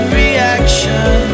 reaction